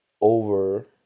over